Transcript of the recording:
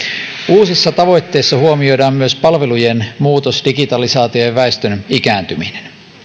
uusissa tavoitteissa huomioidaan myös palvelujen muutos digitalisaatio ja väestön ikääntyminen